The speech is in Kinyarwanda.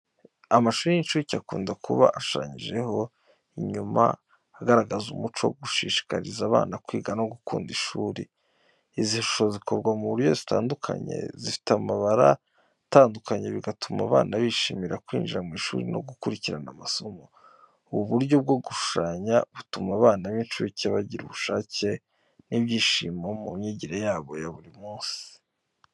Amashuri y’inshuke akunda kuba ashushanyijeho inyuma agaragaza umuco wo gushishikariza abana kwiga no gukunda ishuri. Izi shusho zikorwa mu buryo butandukanye, zifite amabara atandukanye, bigatuma abana bishimira kwinjira mu ishuri no gukurikirana amasomo. Ubu buryo bwo gushushanya butuma abana b’incuke bagira ubushake n’ibyishimo mu myigire yabo ya buri munsi.